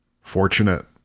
fortunate